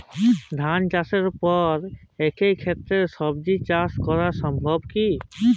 ধান চাষের পর একই ক্ষেতে সবজি চাষ করা সম্ভব কি?